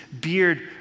beard